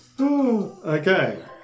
Okay